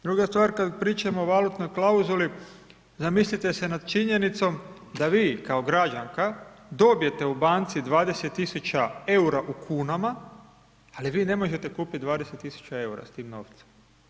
Druga stvar kada pričamo o valutnoj klauzuli, zamislite se nad činjenicom, da vi kao građanka dobijete u banci 20 tisuća eura u kunama ali vi ne možete kupiti 20 tisuća eura s tim novcem.